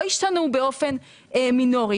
לא השתנו באופן מינורי,